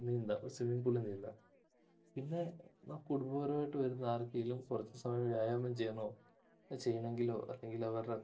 നീന്താം swimming പൂളിൽ നീന്താം പിന്നെ കുടുംബപരമായിട്ടു വരുന്ന ആർക്കേലും കുറച്ചു സമയം വ്യായാമം ചെയ്യണോ ചെയ്യണമെങ്കിലോ അല്ലെങ്കിലവരുടെ